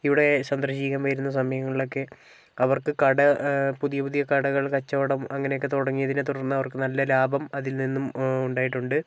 ഇവിടെ സന്ദർശിക്കാൻ വരുന്ന സമയങ്ങളിലൊക്കെ അവർക്ക് കട പുതിയ പുതിയ കടകൾ കച്ചവടം അങ്ങനെയൊക്കെ തുടങ്ങിയതിനെ തുടർന്ന് അവർക്ക് നല്ല ലാഭം അതിൽ നിന്നും ഉണ്ടായിട്ടുണ്ട്